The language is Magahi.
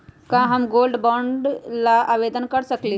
का हम गोल्ड बॉन्ड ला आवेदन कर सकली ह?